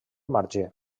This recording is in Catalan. marge